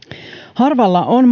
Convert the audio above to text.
harvalla on